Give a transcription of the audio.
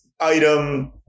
item